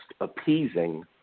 appeasing